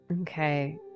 Okay